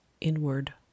inward